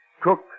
Cook